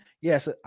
Yes